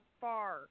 far